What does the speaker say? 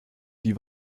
die